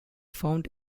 found